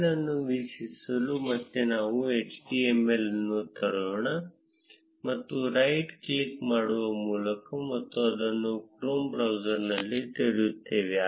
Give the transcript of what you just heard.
file ಅನ್ನು ವೀಕ್ಷಿಸಲು ಮತ್ತೆ ನಾವು html ಅನ್ನು ತೆರೆಯೋಣ ಅದು ರೈಟ್ ಕ್ಲಿಕ್ ಮಾಡುವ ಮೂಲಕ ಮತ್ತು ಅದನ್ನು chrome ಬ್ರೌಸರ್ನಲ್ಲಿ ತೆರೆಯುತ್ತದೆ